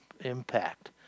impact